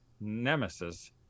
nemesis